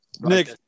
Nick